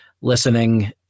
listening